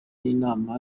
n’inama